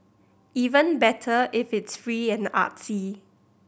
even better if it's free and artsy